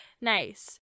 nice